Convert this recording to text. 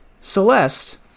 Celeste